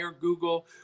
Google